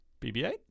BB-8